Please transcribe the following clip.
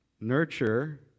nurture